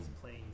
planes